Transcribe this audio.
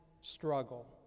struggle